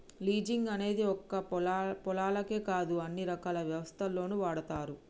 leasing అనేది ఒక్క పొలాలకే కాదు అన్ని రకాల వ్యవస్థల్లోనూ వాడతారు